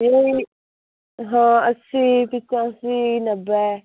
हाँ अस्सी पिचासी नब्बे